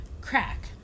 crack